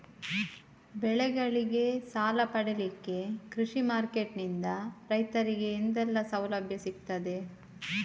ಬೆಳೆಗಳಿಗೆ ಸಾಲ ಪಡಿಲಿಕ್ಕೆ ಕೃಷಿ ಮಾರ್ಕೆಟ್ ನಿಂದ ರೈತರಿಗೆ ಎಂತೆಲ್ಲ ಸೌಲಭ್ಯ ಸಿಗ್ತದ?